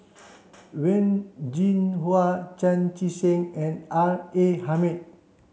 Wen Jinhua Chan Chee Seng and R A Hamid